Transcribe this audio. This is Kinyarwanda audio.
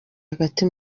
hagati